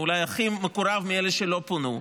אולי הכי מקורב מאלה שלא פונו,